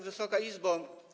Wysoka Izbo!